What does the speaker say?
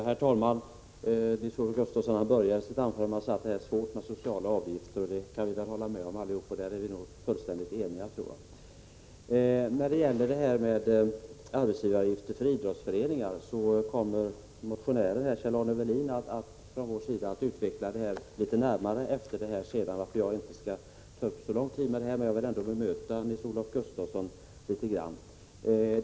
Herr talman! Nils-Olof Gustafsson började sitt anförande med att säga att detta med sociala avgifter är svårt, och det är något som vi kan hålla med om allesammans. Frågan om arbetsgivaravgifter för idrottsföreningar kommer motionären Kjell-Arne Welin att utveckla närmare om en stund, varför jag inte skall ta upp lång tid med att diskutera den frågan. Men jag vill ändå bemöta något av det Nils-Olof Gustafsson sade.